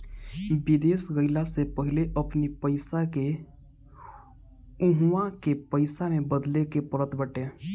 विदेश गईला से पहिले अपनी पईसा के उहवा के पईसा में बदले के पड़त बाटे